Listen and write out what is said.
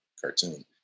cartoon